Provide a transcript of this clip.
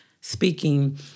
speaking